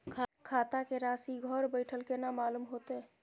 खाता के राशि घर बेठल केना मालूम होते?